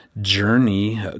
journey